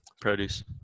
produce